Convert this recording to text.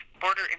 Border